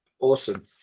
Awesome